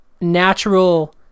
natural